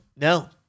No